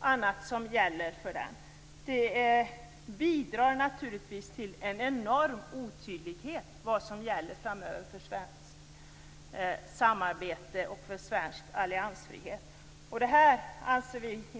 annat som gäller för den. Det bidrar naturligtvis till en enorm otydlighet om vad som gäller framöver för svenskt samarbete och svensk alliansfrihet.